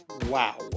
Wow